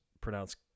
pronounced